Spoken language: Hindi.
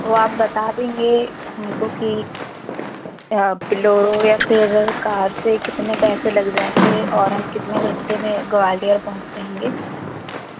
तो आप बता देंगे हमको कि बिलोरो या फिर कार से कितने पैसे लग जाएंगे और हम कितने घंटे में ग्वालियर पहुँच जाएंगे